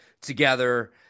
together